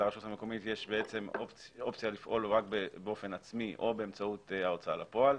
לרשות המקומית יש אופציה לפעול רק באופן עצמי או באמצעות ההוצאה לפועל,